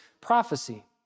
prophecy